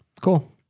Cool